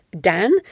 Dan